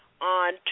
on